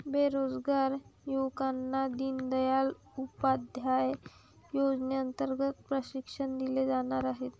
बेरोजगार युवकांना दीनदयाल उपाध्याय योजनेअंतर्गत प्रशिक्षण दिले जाणार आहे